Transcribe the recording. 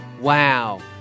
wow